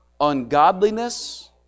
ungodliness